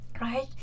Right